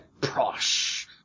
Prosh